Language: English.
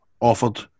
offered